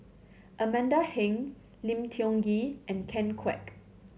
Amanda Heng Lim Tiong Ghee and Ken Kwek